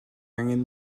angen